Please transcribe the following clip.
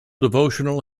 devotional